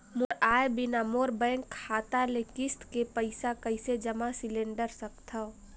मोर आय बिना मोर बैंक खाता ले किस्त के पईसा कइसे जमा सिलेंडर सकथव?